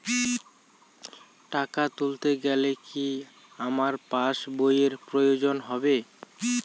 টাকা তুলতে গেলে কি আমার পাশ বইয়ের প্রয়োজন হবে?